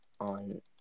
On